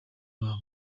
babo